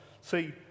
See